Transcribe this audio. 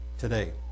Today